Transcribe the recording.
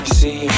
see